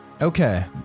Okay